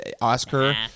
Oscar